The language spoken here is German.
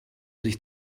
sich